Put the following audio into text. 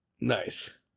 Nice